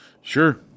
Sure